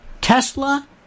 Tesla